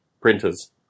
printers